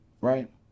right